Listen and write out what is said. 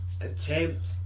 attempt